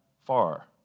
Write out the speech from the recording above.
far